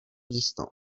místo